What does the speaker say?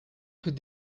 could